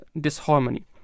disharmony